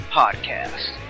podcast